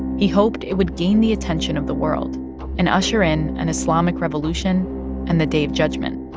he hoped it would gain the attention of the world and usher in an islamic revolution and the day of judgement.